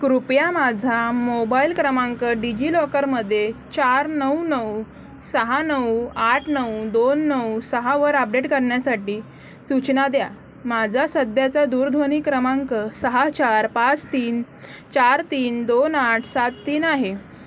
कृपया माझा मोबाईल क्रमांक डिजि लॉकरमध्ये चार नऊ नऊ सहा नऊ आठ नऊ दोन नऊ सहावर अपडेट करण्यासाठी सूचना द्या माझा सध्याचा दूरध्वनी क्रमांक सहा चार पाच तीन चार तीन दोन आठ सात तीन आहे